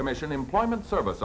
commission employment service